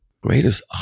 Greatest